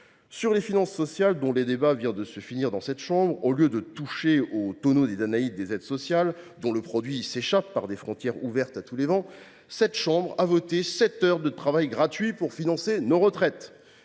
est des finances sociales, dont la chambre haute vient de finir de débattre, au lieu de toucher au tonneau des Danaïdes des aides sociales, dont le produit s’échappe par des frontières ouvertes à tous les vents, le Sénat a voté sept heures de travail gratuit pour financer nos retraites.